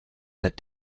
that